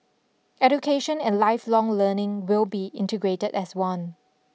education and lifelong learning will be integrated as one